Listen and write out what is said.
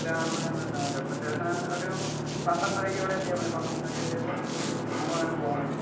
ഒരു ആറു മണിയാവുമ്പോൾ എത്താൻ പറ്റും അപ്പോൾ ചേട്ടൻ ഒരു പന്ത്രണ്ടരയ്ക്ക് ഇവിടെ എത്തിയാൽ മതി പന്ത്രണ്ടരയ്ക്ക് എത്തിയാച്ചാ നമുക്ക് അങ്ങനെ പോകാൻ പറ്റും